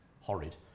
horrid